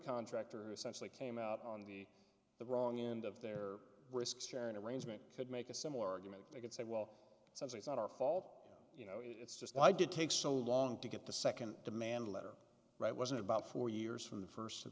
contractor essentially came out on the the wrong end of their risks sharing arrangement could make a similar argument they could say well since it's not our fault you know it's just like to take so long to get the second demand letter right wasn't about four years from the first of